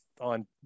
on